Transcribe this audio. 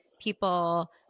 people